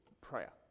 prayer